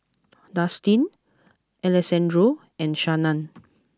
Destin Alessandro and Shannan